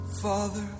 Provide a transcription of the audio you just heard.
Father